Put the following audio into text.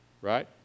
Right